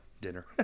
dinner